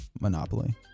monopoly